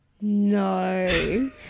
No